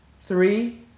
three